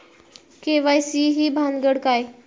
KYC ही भानगड काय?